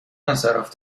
انصراف